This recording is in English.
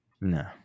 No